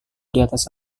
diatas